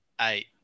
Eight